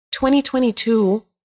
2022